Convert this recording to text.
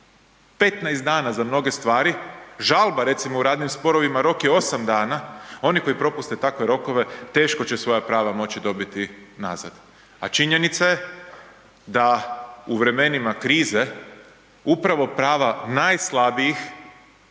15 dana za mnoge stvari, žalba recimo u radnim sporovima rok je 8 dana, oni koji propuste takve rokove teško će svoja prava moći dobiti nazad. A činjenica je da u vremenima krize upravo prava najslabijih